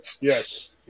Yes